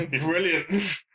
Brilliant